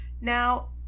Now